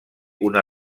una